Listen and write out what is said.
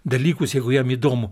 dalykus jeigu jam įdomu